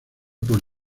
por